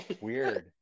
Weird